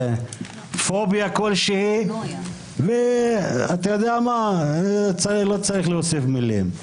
פוביה ולא צריך להוסיף מילים על זה.